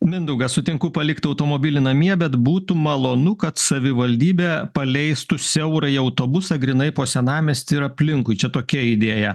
mindaugas sutinku palikt automobilį namie bet būtų malonu kad savivaldybė paleistų siaurąjį autobusą grynai po senamiestį ir aplinkui čia tokia idėja